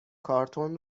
کارتن